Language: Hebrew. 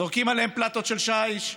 זורקים עליהם פלטות של שיש,